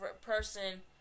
person